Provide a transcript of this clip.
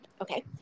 Okay